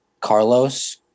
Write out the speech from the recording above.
Carlos